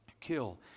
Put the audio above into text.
kill